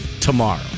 tomorrow